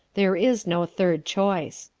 there is no third choice.